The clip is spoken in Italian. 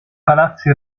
palazzi